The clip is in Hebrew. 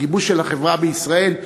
הגיבוש של החברה בישראל,